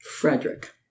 Frederick